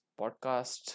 podcast